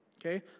Okay